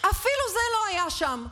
אפילו זה לא היה שם.